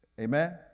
Amen